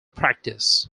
practice